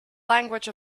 language